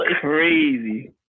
crazy